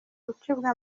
gucibwa